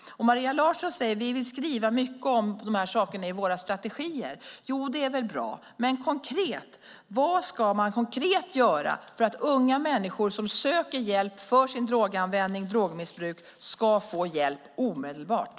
Maria Larsson säger att de vill skriva mycket om dessa saker i strategierna. Jo, det är väl bra. Men vad ska man konkret göra för att unga människor som söker hjälp för sin droganvändning och sitt drogmissbruk ska få hjälp omedelbart?